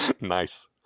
Nice